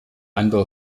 anbau